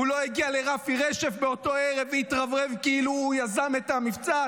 הוא לא הגיע לרפי רשף באותו ערב והתרברב כאילו הוא יזם את המבצע,